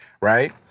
right